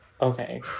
Okay